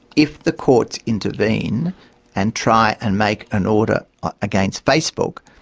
if the courts intervene and try and make an order against facebook,